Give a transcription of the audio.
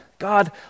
God